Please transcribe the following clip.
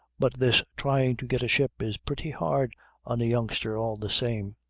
but this trying to get a ship is pretty hard on a youngster all the same.